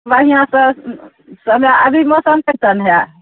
बढ़िऑं सऽ समय अभी मौसम कैसन हइ